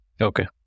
Okay